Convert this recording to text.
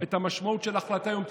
את המשמעות של ההחלטה היום,